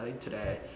today